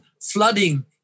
flooding